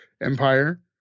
Empire